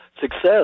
success